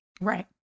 Right